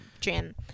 gym